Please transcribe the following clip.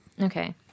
okay